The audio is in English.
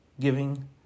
giving